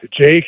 Jake